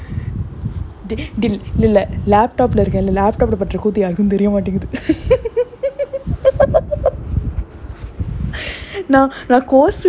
twelve முடிஞ்ச ஒடனே இன்னைக்கு:mudincha odanae innaikku bigg boss ஆரம்பிக்குது ரெண்டு மணிக்கு முடியும்:aarambikkathu rendu manikku mudiyum so six to two இன்னைக்கு:innaikku day இன்னைக்கு:innaikku six to two செம்ம:semma entertainment ya october fourth bigg boss